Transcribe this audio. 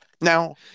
Now